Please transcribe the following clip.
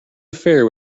affair